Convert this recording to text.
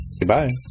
Goodbye